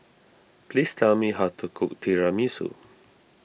please tell me how to cook Tiramisu